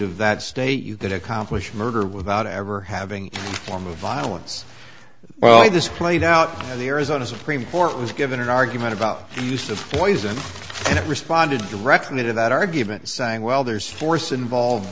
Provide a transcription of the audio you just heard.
of that state you could accomplish murder without ever having form of violence well this played out in the arizona supreme court was given an argument about the use of poison in it responded directly to that argument saying well there's force involved